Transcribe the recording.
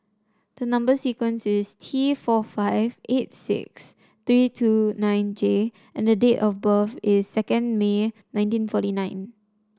the number sequence is T four five eight six three two nine J and the date of birth is second May nineteen forty nine